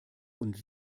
und